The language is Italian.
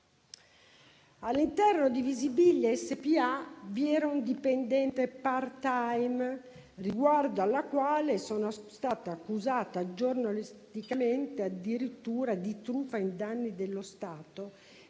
All'interno di Visibilia SpA c'era una dipendente *part-time*, riguardo alla quale sono stata accusata giornalisticamente addirittura di truffa ai danni dello Stato,